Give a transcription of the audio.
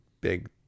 big